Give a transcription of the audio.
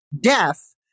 death